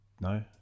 No